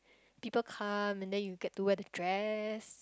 people come and then you get to wear the dress